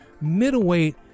middleweight